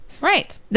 right